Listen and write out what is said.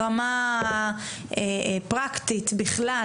ברמה פרקטית בכלל,